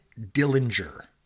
Dillinger